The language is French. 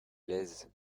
lèze